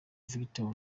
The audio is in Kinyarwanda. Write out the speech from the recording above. victor